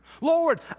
Lord